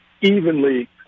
evenly